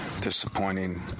disappointing